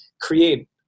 create